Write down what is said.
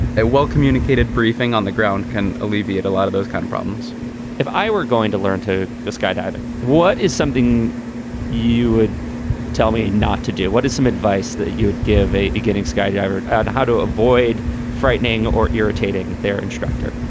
a well communicated briefing on the ground can alleviate a lot of those kind of problems if i were going to learn to go skydiving, what is something you would tell me not to do? what is some advice that you would give a beginning skydiver and how to avoid frightening or irritating their instructor?